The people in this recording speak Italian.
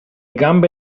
gambe